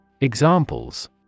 Examples